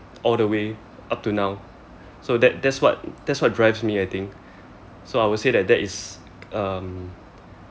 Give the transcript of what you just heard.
all the way up to now so that that's what that's what drives me I think so I would say that that is um